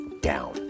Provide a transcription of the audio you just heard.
down